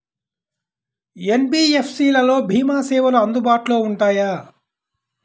NBFC లలో భీమా సేవలు అందుబాటులో ఉంటాయా?